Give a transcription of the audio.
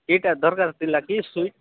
କି ଟା ଦରକାର ଥିଲା କି ସୁଇଟ୍